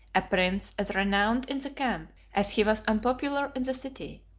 a prince as renowned in the camp, as he was unpopular in the city.